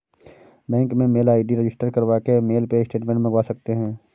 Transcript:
bank में mail ID register करवा के मेल पे स्टेटमेंट मंगवा सकते है